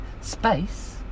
space